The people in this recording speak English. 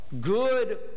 good